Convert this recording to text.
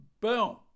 Boom